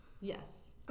Yes